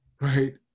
right